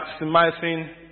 maximizing